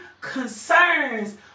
concerns